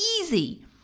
easy